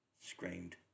screamed